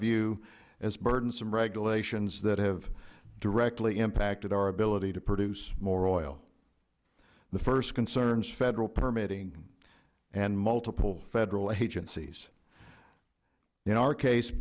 view as burdensome regulations that have directly impacted our ability to produce more oil the first concern is federal permitting and multiple federal agencies in our case